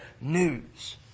news